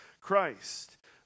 Christ